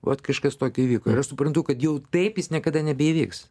vat kažkas tokio įvyko ir aš suprantu kad jau taip jis niekada nebeįvyks